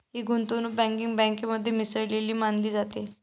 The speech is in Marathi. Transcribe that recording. ही गुंतवणूक बँकिंग बँकेमध्ये मिसळलेली मानली जाते